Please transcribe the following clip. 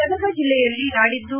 ಗದಗ ಜಿಲ್ಲೆಯಲ್ಲಿ ನಾಡಿದ್ದು